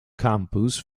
campus